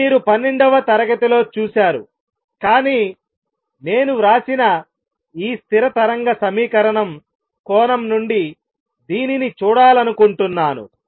ఇది మీరు పన్నెండవ తరగతి లో చూశారుకానీ నేను వ్రాసిన ఈ స్థిర తరంగ సమీకరణం కోణం నుండి దీనిని చూడాలనుకుంటున్నాను